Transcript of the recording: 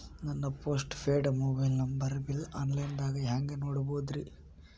ನನ್ನ postpaid mobile number bill, online ದಾಗ hang ನೋಡೋದ್ರಿ?